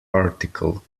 article